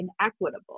inequitable